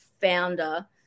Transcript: founder